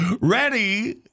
Ready